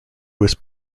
was